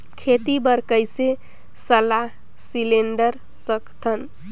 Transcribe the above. खेती बर कइसे सलाह सिलेंडर सकथन?